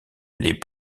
les